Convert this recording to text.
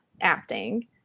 acting